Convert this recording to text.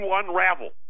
unravel